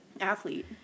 athlete